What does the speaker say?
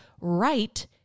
right